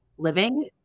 living